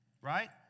right